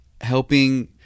helping